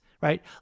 right